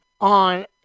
on